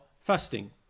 fasting